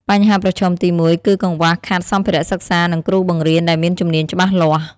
បញ្ហាប្រឈមទី១ គឺកង្វះខាតសម្ភារៈសិក្សានិងគ្រូបង្រៀនដែលមានជំនាញច្បាស់លាស់។